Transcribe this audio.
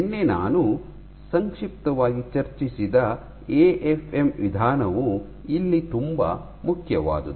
ನಿನ್ನೆ ನಾನು ಸಂಕ್ಷಿಪ್ತವಾಗಿ ಚರ್ಚಿಸಿದ ಎಎಫ್ಎಂ ವಿಧಾನವು ಇಲ್ಲಿ ತುಂಬ ಮುಖ್ಯವಾದುದು